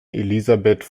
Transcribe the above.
elisabeth